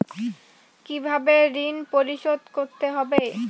কিভাবে ঋণ পরিশোধ করতে হবে?